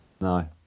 No